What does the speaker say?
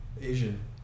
Asian